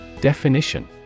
Definition